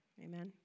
Amen